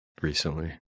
recently